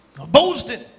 Boasting